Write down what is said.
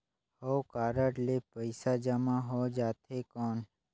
हव कारड ले पइसा जमा हो जाथे कौन?